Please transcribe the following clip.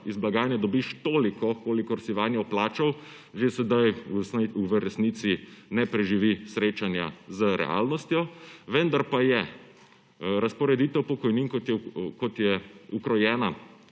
iz blagajne dobiš toliko, kolikor si vanjo vplačal, že sedaj v resnici ne preživi srečanja z realnostjo, vendar pa je razporeditev pokojnin, kot je ukrojena